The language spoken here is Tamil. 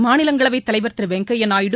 மாநிலங்களவை தலைவர் திரு வெங்கய்யா நாயுடு